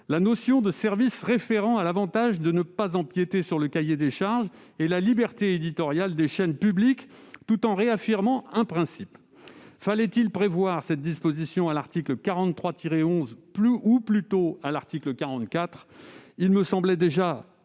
la notion de « services référents » présente l'avantage de n'empiéter ni sur le cahier des charges ni sur la liberté éditoriale des chaînes publiques, tout en réaffirmant un principe. Fallait-il prévoir cette disposition à l'article 43-11 ou à l'article 44